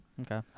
Okay